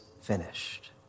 finished